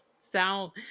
sound